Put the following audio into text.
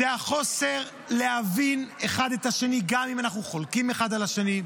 הוא החוסר בהבנת אחד את השני גם אם אנחנו חולקים אחד על השני,